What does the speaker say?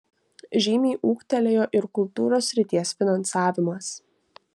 žymiai ūgtelėjo ir kultūros srities finansavimas